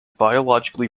biologically